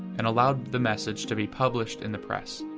and allowed the message to be published in the press.